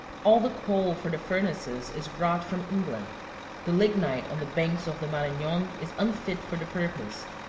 all the coal for the furnaces is brought from england the lignite on the banks of the maranon is unfit for the purpose.